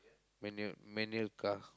manual manual car